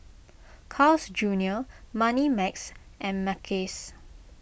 Carl's Junior Moneymax and Mackays